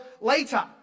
later